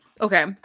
Okay